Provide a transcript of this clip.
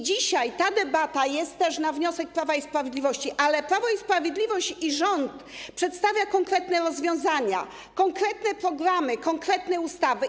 Dzisiaj ta debata jest też na wniosek Prawa i Sprawiedliwości, ale to Prawo i Sprawiedliwość i rząd przedstawiają konkretne rozwiązania, konkretne programy, konkretne ustawy.